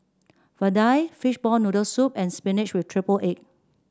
vadai Fishball Noodle Soup and spinach with triple egg